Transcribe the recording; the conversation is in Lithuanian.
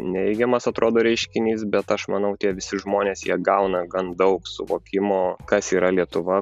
neigiamas atrodo reiškinys bet aš manau tie visi žmonės jie gauna gan daug suvokimo kas yra lietuva